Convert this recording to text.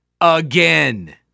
again